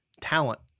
talent